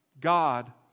God